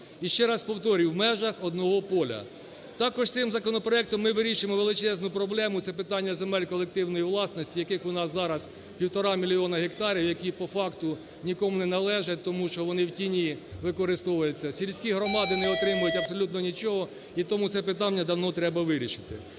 Іще раз повторюю, в межах одного поля. Також цим законопроектом ми вирішуємо величезну проблему, це питання земель колективної власності, яких у нас зараз півтора мільйона гектарів, які по факту нікому не належать, тому що вони в тіні використовуються. Сільські громади не отримують абсолютно нічого. І тому це питання давно треба вирішити.